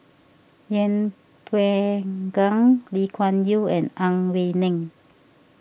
Yeng Pway Ngon Lee Kuan Yew and Ang Wei Neng